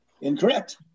Incorrect